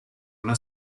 una